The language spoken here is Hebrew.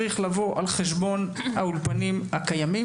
בוועדה, אין למדינת ישראל קיום בלי קליטת עולים.